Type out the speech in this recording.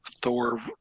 Thor